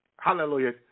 Hallelujah